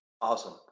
Awesome